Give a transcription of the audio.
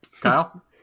Kyle